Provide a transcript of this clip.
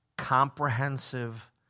comprehensive